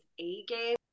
A-game